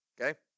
okay